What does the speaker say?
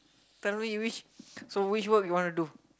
finally you wish so which work you want to do